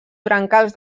brancals